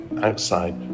outside